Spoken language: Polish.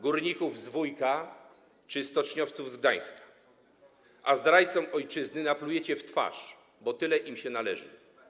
górników z Wujka czy stoczniowców z Gdańska, a zdrajcom ojczyzny naplujecie w twarz, bo tyle im się należy.